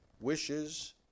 wishes